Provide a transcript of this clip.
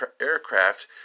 aircraft